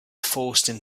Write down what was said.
forced